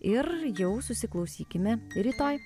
ir jau susiklausykime rytoj